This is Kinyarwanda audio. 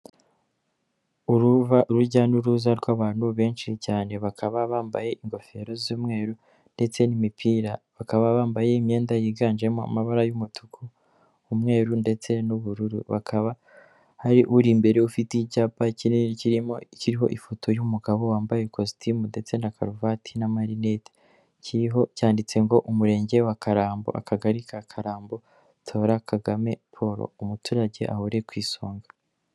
Uruva urujya n'uruza rw'abantu benshi cyane bakaba bambaye ingofero z'umweru ndetse n'imipira bakaba bambaye imyenda yiganjemo amabara y'umutuku , umweru ndetse n'ubururu bakaba hari uri imbere ufite icyapa kinini kiriho ifoto y'umugabo wambaye kositimu ndetse na karuvati na marineti kiriho cyanditse ngo '' umurenge wa karambo akagari ka karambo tora kagame paul umuturage ahore ku isonga''.